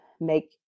make